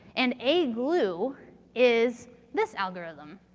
and a glue is this algorithm.